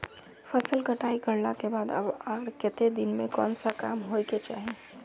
फसल कटाई करला के बाद कब आर केते दिन में कोन सा काम होय के चाहिए?